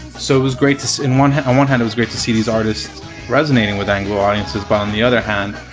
so it was great to in one on one hand, it was great to see these artists resonating with anglo audiences. but on the other hand,